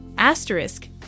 Asterisk